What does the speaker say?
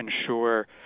ensure